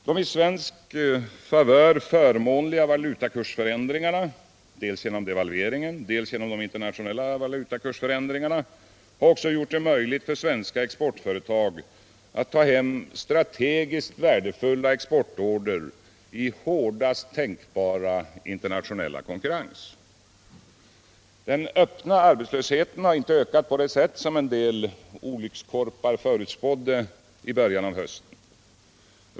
De i svensk favör förmånliga valutakursförändringarna dels genom devalveringen, dels genom de internationella valutakursförändringarna har också gjort det möjligt för svenska exportföretag att ta hem strategiskt värdefulla exportorder i hårdaste tänkbara internationella konkurrens. Den öppna arbetslösheten har inte ökat på det sätt som en del olyckskorpar förutspådde i början av hösten.